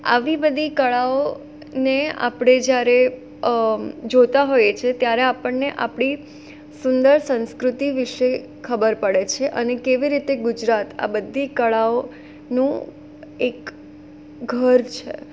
આવી બધી કળાઓને આપણે જ્યારે જોતાં હોઈએ છે ત્યારે આપણને આપણી સુંદર સંસ્કૃતિ વિશે ખબર પડે છે અને કેવી રીતે ગુજરાત આ બધી કળાઓ નું એક ઘર છે